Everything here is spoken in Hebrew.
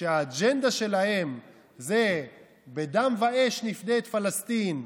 שהאג'נדה שלהם זה "בדם ואש נפדה את פלסטין",